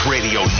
Radio